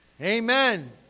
Amen